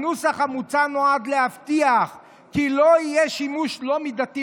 הנוסח המוצא נועד להבטיח כי לא יהיה שימוש לא מידתי